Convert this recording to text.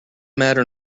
matter